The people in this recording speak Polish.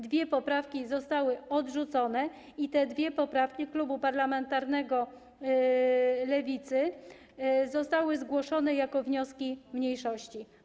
Dwie poprawki zostały odrzucone i te dwie poprawki Klubu Parlamentarnego Lewicy zostały zgłoszone jako wnioski mniejszości.